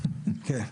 כן,